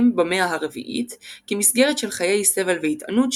במאה ה-4 כמסגרת של חיי סבל והתענות,